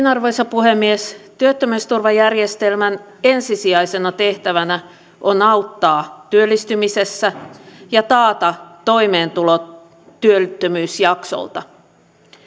arvoisa puhemies työttömyysturvajärjestelmän ensisijaisena tehtävänä on auttaa työllistymisessä ja taata toimeentulo työttömyysjaksolta